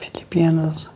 Philippines